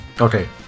Okay